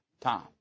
time